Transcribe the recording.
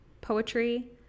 poetry